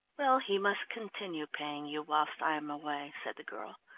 well, he must continue paying you whilst i am away, said the girl.